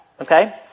Okay